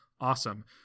awesome